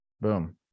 Boom